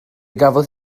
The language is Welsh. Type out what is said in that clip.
gafodd